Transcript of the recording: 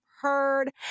heard